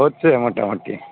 হচ্ছে মোটামুটি